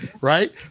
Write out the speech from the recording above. right